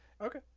Okay